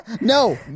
No